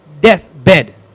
deathbed